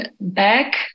back